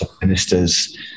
minister's